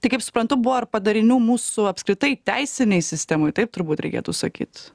tai kaip suprantu buvo ir padarinių mūsų apskritai teisinėj sistemoj taip turbūt reikėtų sakyt